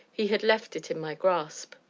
he had left it in my grasp.